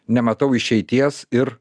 nematau išeities ir